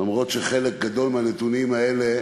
למרות שחלק גדול מהנתונים האלה,